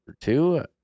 two